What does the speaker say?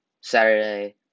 Saturday